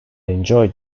enjoyed